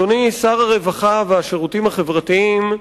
אדוני שר הרווחה והשירותים החברתיים,